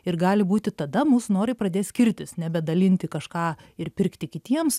ir gali būti tada mūsų norai pradės skirtis nebedalinti kažką ir pirkti kitiems